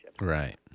Right